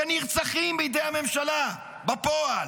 שנרצחים בידי הממשלה בפועל.